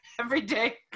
everyday